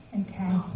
Okay